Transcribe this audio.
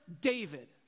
David